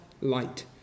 light